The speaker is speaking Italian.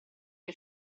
che